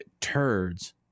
turds